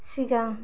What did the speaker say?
सिगां